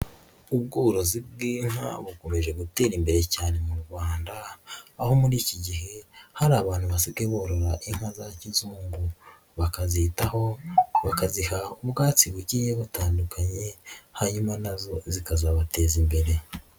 Ubworozi bw'inka bukomeje gutera imbere cyane mu Rwanda, aho muri iki gihe hari abantu basigaye borora inka za kizungu bakazitaho, bakaziha ubwatsi bugiye butandukanye hanyuma na zo zikazabateza imbere.